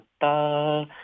da (